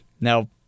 Now